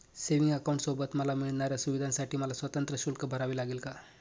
Savings अकाउंटसोबत मला मिळणाऱ्या सुविधांसाठी मला स्वतंत्र शुल्क भरावे लागेल का?